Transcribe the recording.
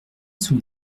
sous